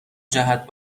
جهت